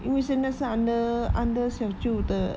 因为现在是 under under 小舅的